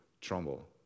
Trumbull